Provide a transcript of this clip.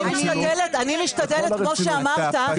אני משתדלת כמו שאמרת,